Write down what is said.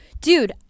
Dude